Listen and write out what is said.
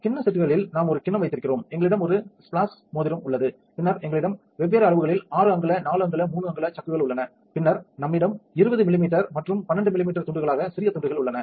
கிண்ண செட்களில் நாம் ஒரு கிண்ணம் வைத்திருக்கிறோம் எங்களிடம் ஒரு ஸ்பிளாஸ் மோதிரம் உள்ளது பின்னர் எங்களிடம் வெவ்வேறு அளவுகளில் 6 அங்குல 4 அங்குல 3 அங்குல சக்குகள் உள்ளன பின்னர் நம்மிடம் 20 மில்லிமீட்டர் மற்றும் 12 மில்லிமீட்டர் துண்டுகளாக சிறிய துண்டுகள் உள்ளன